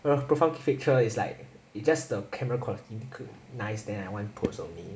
我的 profile picture is like it just the camera quality nice then I want post of me